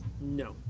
No